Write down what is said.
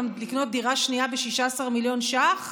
לקנות דירה שנייה ב-16 מיליון ש"ח?